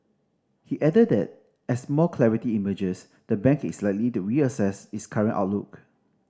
he added that as more clarity emerges the bank is likely to reassess its current outlook